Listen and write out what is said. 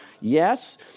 Yes